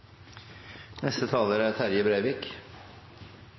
Neste taler er